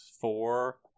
four